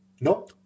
No